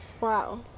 Wow